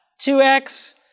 2X